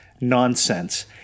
nonsense